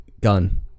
gun